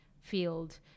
field